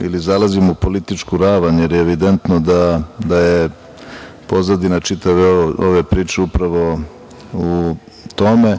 ili zalazimo u političku ravan, jer je evidentno da je pozadina čitave ove priče upravo u tome,